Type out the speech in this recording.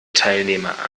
teilnehmer